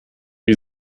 wie